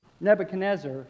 Nebuchadnezzar